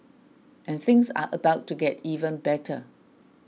and things are about to get even better